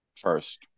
first